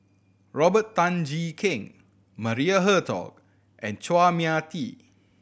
Robert Tan Jee Keng Maria Hertogh and Chua Mia Tee